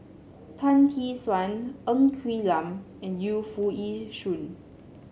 Tan Tee Suan Ng Quee Lam and Yu Foo Yee Shoon